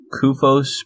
Kufos